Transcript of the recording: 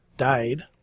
Died